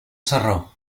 sarró